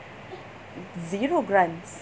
zero grants